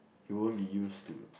you won't be used to